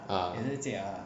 ah